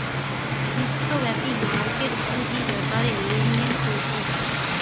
বিশ্বব্যাপী মার্কেট পুঁজি বেপারে লেনদেন করতিছে